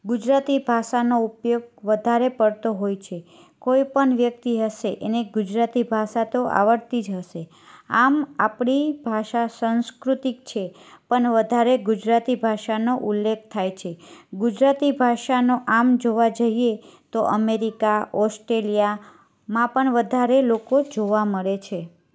ગુજરાતી ભાષાનો ઉપયોગ વધારે પડતો હોય છે કોઇ પણ વ્યક્તિ હશે એને ગુજરાતી ભાષા તો આવડતી જ હશે આમ આપણી ભાષા સંસ્કૃતિક છે પણ વધારે ગુજરાતી ભાષાનો ઉલ્લેખ થાય છે ગુજરાતી ભાષાનો આમ જોવા જઈએ તો અમેરિકા ઓસ્ટ્રેલીયામાં પણ વધારે લોકો જોવા મળે છે